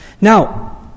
Now